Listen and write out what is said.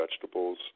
vegetables